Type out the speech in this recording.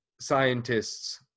scientists